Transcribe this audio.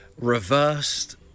reversed